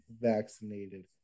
vaccinated